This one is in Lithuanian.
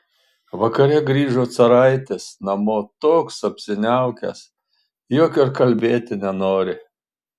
vakare grįžo caraitis namo toks apsiniaukęs jog ir kalbėti nenori